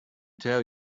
tell